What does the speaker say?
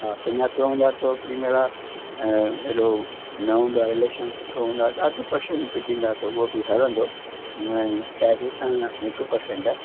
हा सुञातलु हूंदो आहे त ओॾी महिल न हूंदो आहे रिलेशन सुठो हूंदो आहे त अधि परसेंट बि ॾींदा त उहो बि हलंदो उहे क़ाइदे सां हिकु परसेंट आहे